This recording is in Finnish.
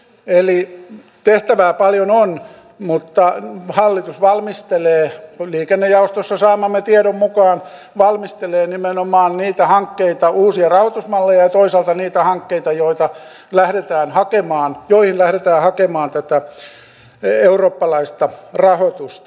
eli tehtävää paljon on mutta hallitus liikennejaostossa saamamme tiedon mukaan valmistelee nimenomaan niitä hankkeita uusia rahoitusmalleja ja toisaalta niitä hankkeita joihin lähdetään hakemaan tätä eurooppalaista rahoitusta